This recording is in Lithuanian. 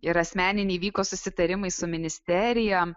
ir asmeniniai vyko susitarimai su ministerijom